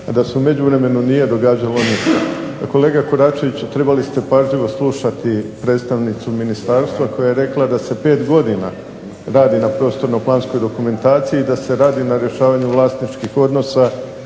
a da se u međuvremenu nije događalo ništa. Kolega Koračeviću trebali ste pažljivo slušati predstavnicu Ministarstva koja je rekla da se pet godina radi na prostorno planskoj dokumentaciji da se radi na rješavanju vlasničkih odnosa